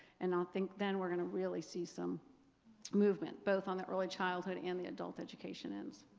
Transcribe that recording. and i think then we're going to really see some movement, both on the early childhood and the adult education ends.